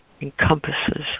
encompasses